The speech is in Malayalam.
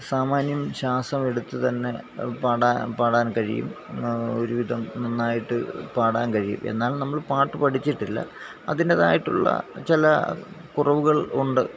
സാമാന്യം ശ്വാസം എടുത്ത് തന്നെ പാടാൻ പാടാൻ കഴിയും ഒരുവിധം നന്നായിട്ട് പാടാൻ കഴിയും എന്നാൽ നമ്മൾ പാട്ട് പഠിച്ചിട്ടില്ല അതിൻറേതായിട്ടുള്ള ചില കുറവുകൾ ഉണ്ട്